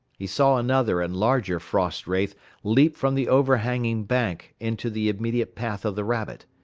he saw another and larger frost wraith leap from the overhanging bank into the immediate path of the rabbit.